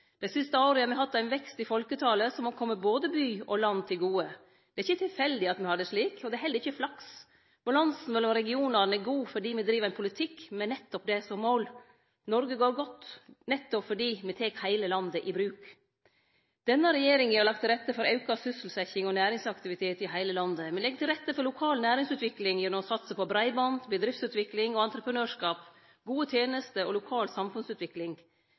Dei siste åra har me hatt ein vekst i folketalet som har kome både by og land til gode. Det er ikkje tilfeldig at me har det slik, og det er heller ikkje flaks. Balansen mellom regionane er god fordi me driv ein politikk med nettopp det som mål. Noreg går godt nettopp fordi me tek heile landet i bruk. Denne regjeringa har lagt til rette for auka sysselsetjing og næringsaktivitet i heile landet. Me legg til rette for lokal næringsutvikling gjennom å satse på breiband, bedriftsutvikling og entreprenørskap, gode tenester og lokal samfunnsutvikling.